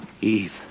Eve